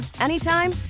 anytime